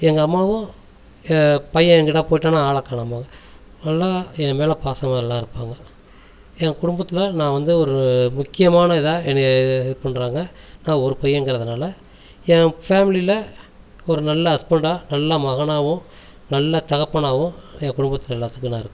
எங்கள் அம்மாவும் என் பையன் எங்கிட்டாவது போயிட்டானா ஆளை காணுமே நல்லா ஏன் மேலே பாசமா நல்லா இருப்பாங்கள் என் குடும்பத்தில் நான் வந்து ஒரு முக்கியமானா இதா என்னைய இது பண்ணுறாங்கள் நான் ஒரு பையன் என்கிறதுனால் என் ஃபேம்லியில் ஒரு நல்ல ஹஸ்பெண்டாக நல்ல மகனாவும் நல்ல தகப்பனாவும் எங்க குடும்பத்தில் எல்லாத்துக்கும் நான் இருக்கிறேன்